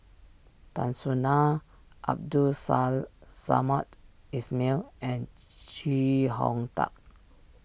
Tan Soo Nan Abdul Sa Samad Ismail and Chee Hong Tat